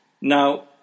Now